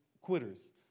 quitters